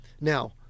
Now